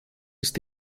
ist